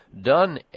done